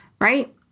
right